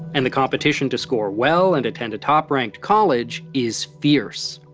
and the competition to score well and attend a top-ranked college is fierce.